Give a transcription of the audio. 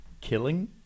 killing